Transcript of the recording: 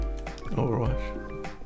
Overwatch